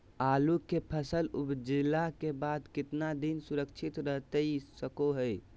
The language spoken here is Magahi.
आलू के फसल उपजला के बाद कितना दिन सुरक्षित रहतई सको हय?